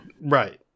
Right